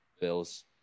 Bills